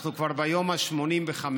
אנחנו כבר ביום ה-85,